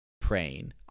praying